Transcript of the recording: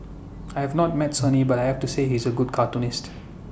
I have not met Sonny but I have to say he is A good cartoonist